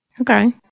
Okay